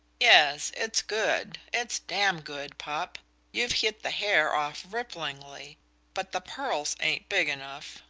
yes, it's good it's damn good, popp you've hit the hair off ripplingly but the pearls ain't big enough,